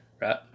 Right